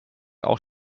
auch